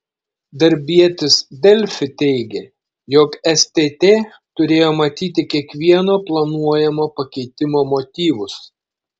darbietis delfi teigė jog stt turėjo matyti kiekvieno planuojamo pakeitimo motyvus